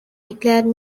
declared